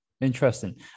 interesting